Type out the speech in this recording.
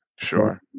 Sure